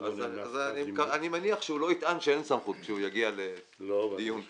אני מניח שהוא לא יטען שאין סמכות כשהוא יגיע לדיון כזה.